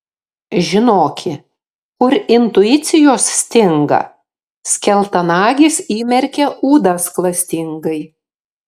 žinoki kur intuicijos stinga skeltanagis įmerkia ūdas klastingai